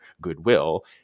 goodwill